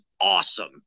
awesome